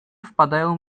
wpadają